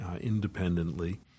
independently